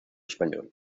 español